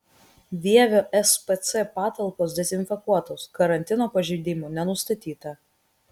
vievio spc patalpos dezinfekuotos karantino pažeidimų nenustatyta